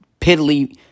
piddly